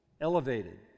elevated